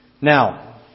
Now